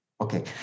okay